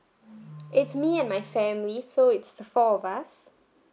it's me and my family so it's the four of us